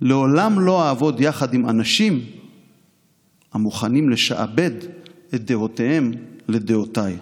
"לעולם לא אעבוד יחד עם אנשים המוכנים לשעבד את דעותיהם לדעותיי".